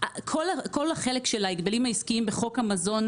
כל החלק של ההגבלים העסקיים בחוק המזון